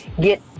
get